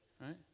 Right